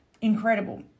Incredible